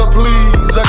please